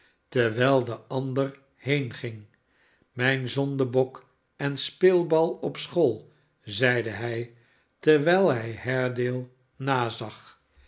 terwijl de ander heenging mijn zondenbok en speelbal op school zeide hij terwijl hij haredale nazag